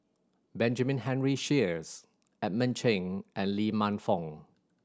Benjamin Henry Sheares Edmund Cheng and Lee Man Fong